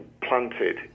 planted